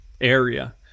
area